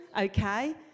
Okay